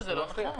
זה לא הדיון.